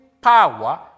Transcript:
power